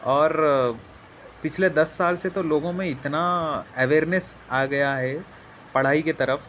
اور پچھلے دس سال سے تو لوگوں میں اتنا اویرنیس آ گیا ہے پڑھائی کے طرف